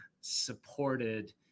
supported